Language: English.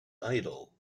idol